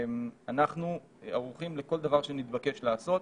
אנחנו ערוכים לכל דבר שנתבקש לעשות.